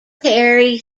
perry